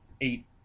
eight